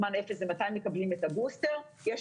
זמן אפס זה מתי מקבלים את הבוסטר יש